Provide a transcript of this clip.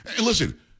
listen